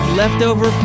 leftover